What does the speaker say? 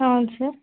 అవును సార్